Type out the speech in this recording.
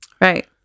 Right